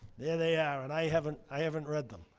there they are, and i haven't i haven't read them.